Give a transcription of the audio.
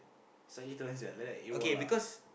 slightly later when's that like that AWOL lah